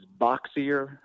boxier